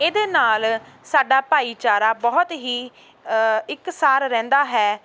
ਇਹਦੇ ਨਾਲ ਸਾਡਾ ਭਾਈਚਾਰਾ ਬਹੁਤ ਹੀ ਇੱਕ ਸਾਰ ਰਹਿੰਦਾ ਹੈ